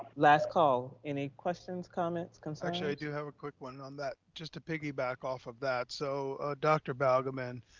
last call, any questions, comments, concerns? actually i do have a quick one on that, just to piggyback off of that. so dr. balgobin